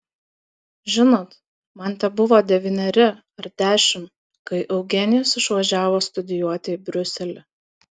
žinot man tebuvo devyneri ar dešimt kai eugenijus išvažiavo studijuoti į briuselį